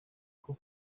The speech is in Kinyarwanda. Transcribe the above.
bwo